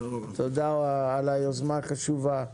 תודה על היוזמה החשובה יואב.